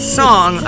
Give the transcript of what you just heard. song